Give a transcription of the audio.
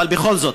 אבל בכל זאת,